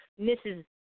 Mrs